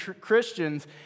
Christians